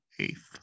eighth